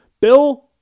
Bill